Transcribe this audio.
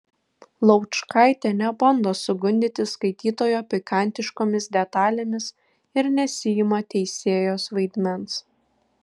laučkaitė nebando sugundyti skaitytojo pikantiškomis detalėmis ir nesiima teisėjos vaidmens